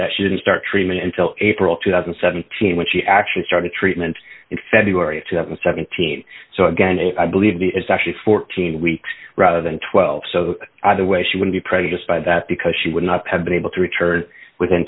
that she didn't start treatment until april two thousand and seventeen when she actually started treatment in february of two thousand and seventeen so again i believe he is actually fourteen weeks rather than twelve so either way she would be prejudiced by that because she would not have been able to return within